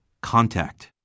Contact